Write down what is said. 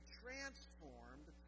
transformed